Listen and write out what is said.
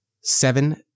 Seven